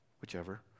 whichever